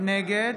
נגד